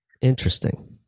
Interesting